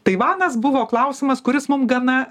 taivanas buvo klausimas kuris mum gana